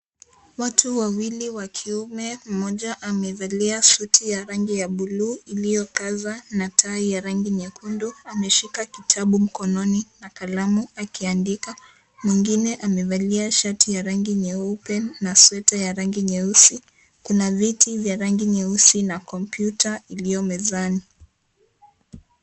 Watu wawili wa kiume mmoja amevalia suti ya rangi ya buluu iliyokaza na tai ya rangi nyekundu ameshika kitabu mkononi na kalamu akiandika. Mwingine amevalia shati ya rangi nyeupe na sweta ya rangi nyeusi, kuna viti vya rangi nyeusi na kompyuta iliyo mezani.